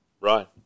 Right